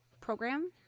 program